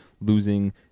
losing